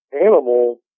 animal